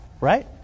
right